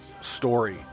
story